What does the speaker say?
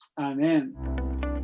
Amen